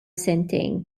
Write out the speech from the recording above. sentejn